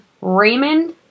Raymond